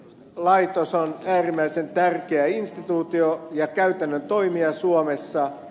kansaneläkelaitos on äärimmäisen tärkeä instituutio ja käytännön toimija suomessa